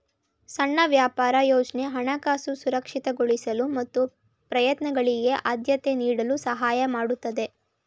ಸಣ್ಣ ವ್ಯಾಪಾರ ಯೋಜ್ನ ಹಣಕಾಸು ಸುರಕ್ಷಿತಗೊಳಿಸಲು ಮತ್ತು ಪ್ರಯತ್ನಗಳಿಗೆ ಆದ್ಯತೆ ನೀಡಲು ಸಹಾಯ ಮಾಡುತ್ತೆ